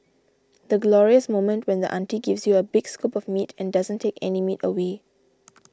the glorious moment when the auntie gives you a big scoop of meat and doesn't take any meat away